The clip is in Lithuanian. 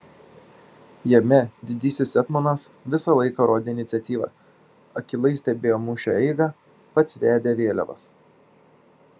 jame didysis etmonas visą laiką rodė iniciatyvą akylai stebėjo mūšio eigą pats vedė vėliavas